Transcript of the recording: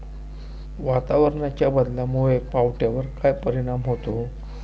वातावरणाच्या बदलामुळे पावट्यावर काय परिणाम होतो?